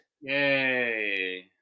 Yay